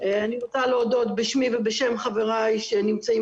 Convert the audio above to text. אני רוצה להודות בשמי ובשם חבריי שנמצאים